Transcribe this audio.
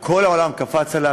כל העולם קפץ עליו,